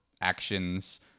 actions